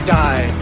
die